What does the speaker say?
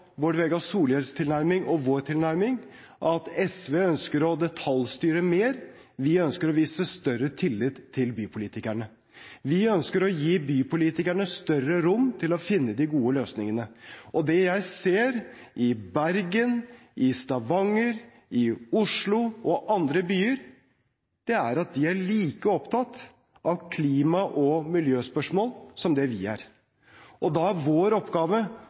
og vår tilnærming: SV ønsker å detaljstyre mer, mens vi ønsker å vise større tillit til bypolitikerne. Vi ønsker å gi bypolitikerne større rom til å finne de gode løsningene. Det jeg ser i Bergen, i Stavanger, i Oslo og i andre byer, er at de er like opptatt av klima- og miljøspørsmål som vi er. Da er vår oppgave